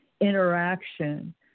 interaction